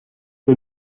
the